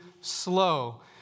slow